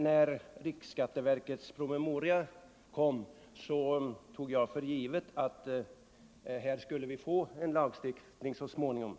När riksskatteverkets promemoria kom tog jag för givet att det skulle bli en lagstiftning på detta område så småningom.